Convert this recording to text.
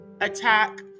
attack